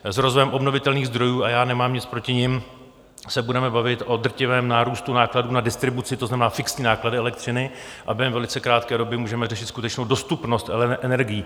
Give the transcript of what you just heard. S rozvojem obnovitelných zdrojů, a já nemám nic proti nim, se budeme bavit o drtivém nárůstu nákladů na distribuci, to znamená fixní náklady elektřiny, a během velice krátké doby můžeme řešit skutečnou dostupnost energií.